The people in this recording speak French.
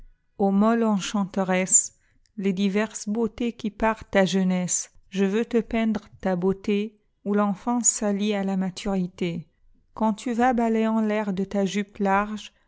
ô molle enchanteresse iles diverses beautés qui parent ta jeunesse je veux te peindre ta beauté où l'enfance s'allie à la maturité quand tu vas balayant l'air de ta jupe large